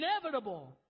inevitable